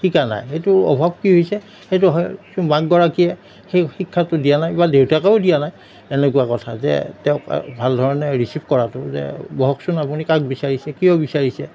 শিকা নাই সেইটো অভাৱ কি হৈছে সেইটো হয় মাকগৰাকীয়ে সেই শিক্ষাটো দিয়া নাই বা দেউতাকেও দিয়া নাই এনেকুৱা কথা যে তেওঁক ভালধৰণে ৰিচিভ কৰাটো যে বহকচোন আপুনি কাক বিচাৰিছে কিয় বিচাৰিছে